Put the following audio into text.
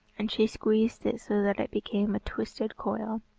and she squeezed it so that it became a twisted coil.